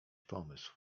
pomysł